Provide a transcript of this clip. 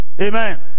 Amen